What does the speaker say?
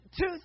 two